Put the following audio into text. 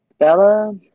Bella